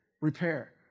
Repair